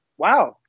wow